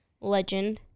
legend